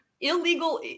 illegal